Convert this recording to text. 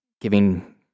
giving